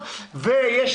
עלות